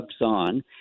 on